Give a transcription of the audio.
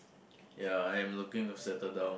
ya I'm looking to settle down